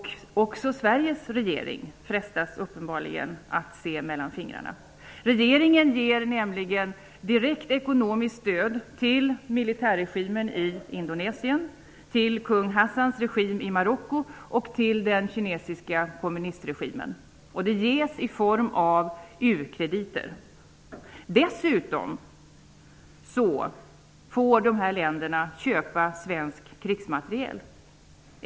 Också Sveriges regering frestas uppenbarligen att se mellan fingrarna. Regeringen ger nämligen direkt ekonomiskt stöd till militärregimen i Indonesien, till kung Hassans regim i Marocko och till den kinesiska kommunistregimen. Stödet ges i form av u-krediter. Dessutom får de här länderna köpa svensk krigsmateriel.